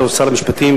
בתור שר המשפטים,